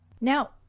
Now